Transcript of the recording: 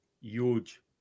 Huge